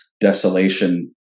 desolation